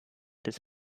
des